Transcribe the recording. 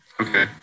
Okay